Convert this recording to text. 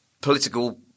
political